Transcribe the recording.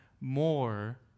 more